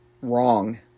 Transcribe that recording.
wrong